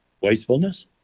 wastefulness